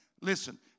Listen